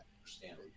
understand